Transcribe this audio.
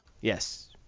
Yes